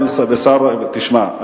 תשמע,